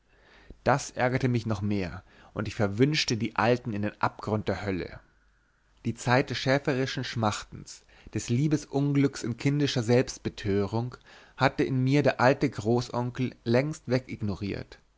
das ärgerte mich noch mehr und ich verwünschte die alten in den abgrund der hölle die zeit des schäferischen schmachtens des liebesunglücks in kindischer selbstbetörung hatte in mir der alte großonkel längst